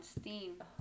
Steam